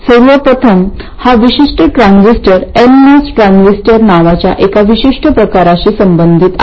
सर्व प्रथम हा विशिष्ट ट्रान्झिस्टर एनमॉस ट्रान्झिस्टर नावाच्या एका विशिष्ट प्रकाराशी संबंधित आहे